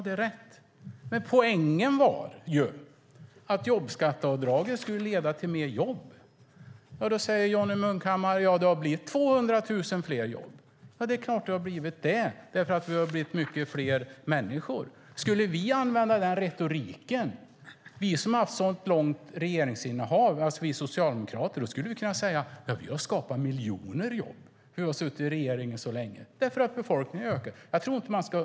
Det är rätt, men poängen var ju att jobbskatteavdraget skulle leda till fler jobb. Det har blivit 200 000 fler jobb, säger Johnny Munkhammar. Det är klart att det har. Vi har ju blivit så många fler människor. Om vi socialdemokrater, som har haft ett så långt regeringsinnehav, använde den retoriken skulle vi kunna säga att vi har skapat miljoner jobb. Befolkningen har ju ökat.